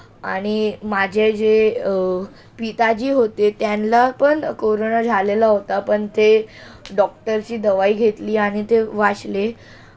आणि माझे जे पिताजी होते त्यानला पण कोरोना झालेला होता पण ते डॉक्टर्सची दवाई घेतली आणि ते वाशले